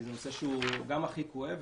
כי זה נושא שהוא גם הכי כואב,